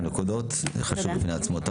זה חשוב בפני עצמו.